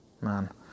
Man